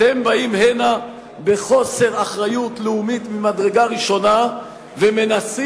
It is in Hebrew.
אתם באים הנה בחוסר אחריות לאומית ממדרגה ראשונה ומנסים